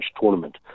tournament